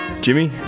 Jimmy